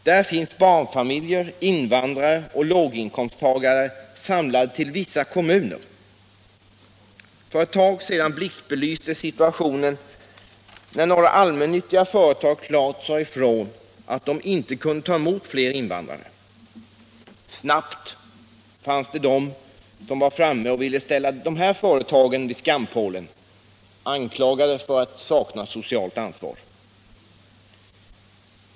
Där finns barnfamiljer, invandrare och låginkomsttagare samlade till vissa kommuner. För ett tag sedan blixtbelystes situationen, när några allmännyttiga företag klart sade ifrån att de inte kunde ta emot fler invandrare. Snabbt fanns det de som var framme och ville ställa de här företagen vid skampålen, anklagade för att sakna socialt ansvar.